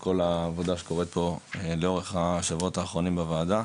כל העבודה שקורית פה לאורך השבועות האחרונים בוועדה,